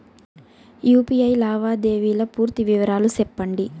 UPI లావాదేవీల పూర్తి వివరాలు సెప్పండి?